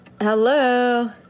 Hello